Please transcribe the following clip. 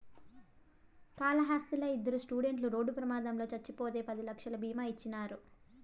కాళహస్తిలా ఇద్దరు స్టూడెంట్లు రోడ్డు ప్రమాదంలో చచ్చిపోతే పది లక్షలు బీమా ఇచ్చినారు